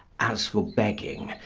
as for begging,